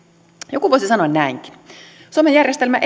joku voisi sanoa näinkin suomen järjestelmä